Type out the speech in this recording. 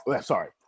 Sorry